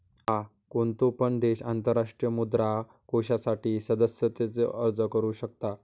हा, कोणतो पण देश आंतरराष्ट्रीय मुद्रा कोषासाठी सदस्यतेचो अर्ज करू शकता